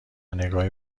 نگاهی